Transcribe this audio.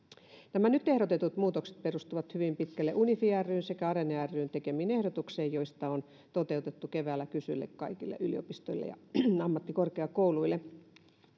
nämä nyt ehdotetut muutokset perustuvat hyvin pitkälle unifi ryn sekä arene ryn tekemiin ehdotuksiin joista on toteutettu keväällä kysely kaikille yliopistoille ja ammattikorkeakouluille